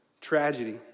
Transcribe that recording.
tragedy